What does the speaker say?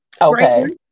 Okay